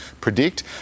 predict